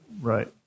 Right